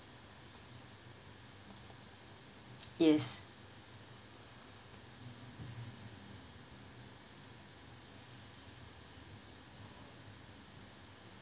yes